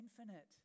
infinite